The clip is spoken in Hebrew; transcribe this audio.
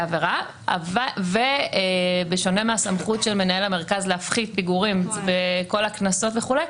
עבירה ובשונה מהסמכות של מנהל המרכז להפחית פיגורים בכל הקנסות וכולי,